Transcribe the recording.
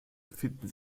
befinden